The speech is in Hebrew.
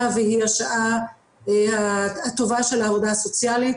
והיא השעה הטובה של העבודה הסוציאלית.